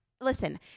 Listen